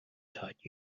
taught